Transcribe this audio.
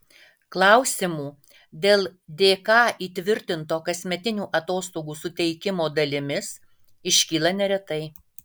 klausimų dėl dk įtvirtinto kasmetinių atostogų suteikimo dalimis iškyla neretai